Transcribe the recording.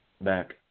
back